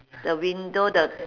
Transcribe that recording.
the window the